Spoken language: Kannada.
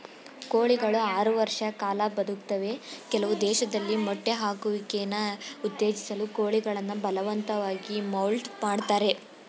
ಕೋಳಿಗಳು ಆರು ವರ್ಷ ಕಾಲ ಬದುಕ್ತವೆ ಕೆಲವು ದೇಶದಲ್ಲಿ ಮೊಟ್ಟೆ ಹಾಕುವಿಕೆನ ಉತ್ತೇಜಿಸಲು ಕೋಳಿಗಳನ್ನು ಬಲವಂತವಾಗಿ ಮೌಲ್ಟ್ ಮಾಡ್ತರೆ